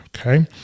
okay